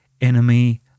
Enemy